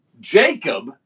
Jacob